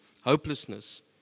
hopelessness